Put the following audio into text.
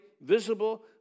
visible